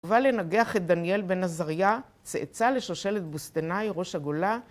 ובא לנגח את דניאל בן-עזריה, צאצא לשושלת בוסתנאי ראש הגולה...